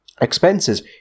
expenses